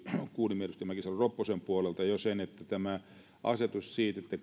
kuulimme edustaja mäkisalo ropposen puolelta jo sen että tämä asetus on siitä että